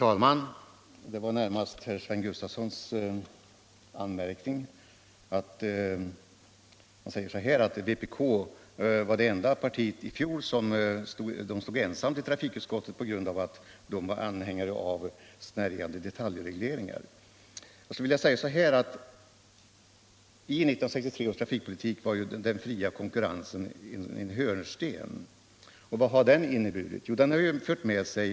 Herr talman! Herr Sven Gustafson i Göteborg anmärkte att vpk i fjol stod ensamt i utskottet som anhängare av snäriande detaliregleringar. 1 1963 års trafikpolitiska beslut var den fria konkurrensen en hörnsten. Vad har det fört med sig?